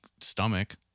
stomach